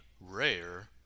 rare